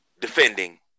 defending